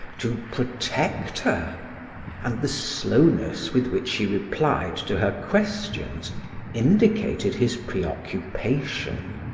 to protect her and the slowness with which he replied to her questions indicated his preoccupation.